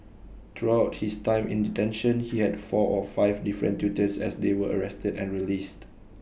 throughout his time in detention he had four or five different tutors as they were arrested and released